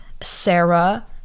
Sarah